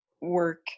work